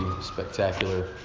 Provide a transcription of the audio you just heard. spectacular